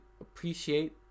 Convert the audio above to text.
appreciate